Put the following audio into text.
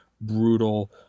brutal